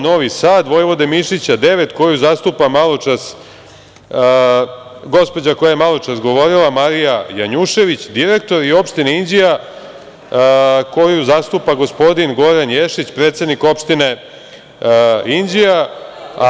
Novi Sad, Vojvode Mišića 9, koju zastupa gospođa koja je maločas govorila Marija Janjušević, direktor, i opštine Inđija, koju zastupa gospodin Goran Ješić, predsednik opštine Inđija.